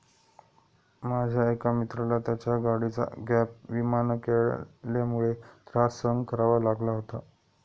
माझ्या एका मित्राला त्याच्या गाडीचा गॅप विमा न केल्यामुळे त्रास सहन करावा लागला होता